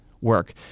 work